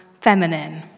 feminine